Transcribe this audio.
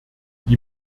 die